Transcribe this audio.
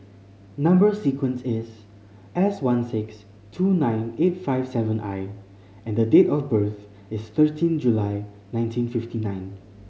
number sequence is S one six two nine eight five seven I and the date of birth is thirteen July nineteen fifty nine